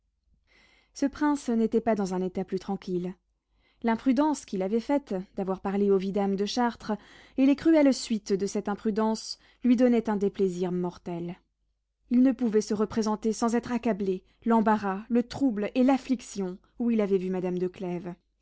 ce prince n'était pas dans un état plus tranquille l'imprudence qu'il avait faite d'avoir parlé au vidame de chartres et les cruelles suites de cette imprudence lui donnaient un déplaisir mortel il ne pouvait se représenter sans être accablé l'embarras le trouble et l'affliction où il avait vu madame